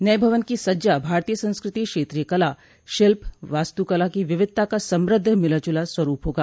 नए भवन की सज्जा भारतीय संस्कृति क्षेत्रीय कला शिल्प वास्तुकला की विविधता का समृद्ध मिलाजुला स्वरूप होगा